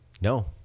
No